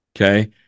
Okay